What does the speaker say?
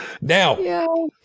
Now